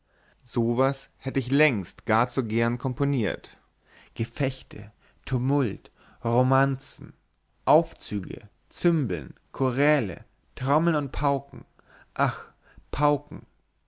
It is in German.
so was hätt ich längst gar zu gern komponiert gefechte tumult romanzen aufzüge cymbeln choräle trommeln und pauken ach pauken